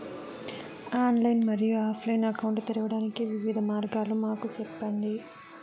Online మరియు offline account తెరవడానికి వివిధ మార్గాలు మాకు సెప్పండి?